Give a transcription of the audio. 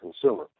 consumer